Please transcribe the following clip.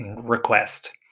request